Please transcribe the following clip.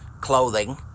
clothing